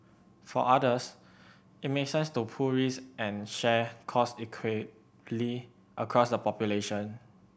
for others it make sense to pool risk and share cost equitably across the population